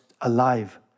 alive